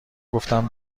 گفتم